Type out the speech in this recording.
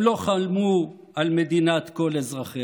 הם לא חלמו על מדינת כל אזרחיה.